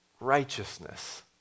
Righteousness